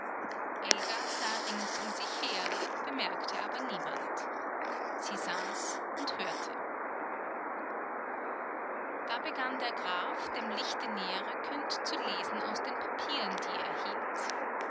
rings um sich her bemerkte aber niemand sie saß und hörte da begann der graf dem lichte näher rückend zu lesen aus den papieren die er hielt